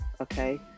okay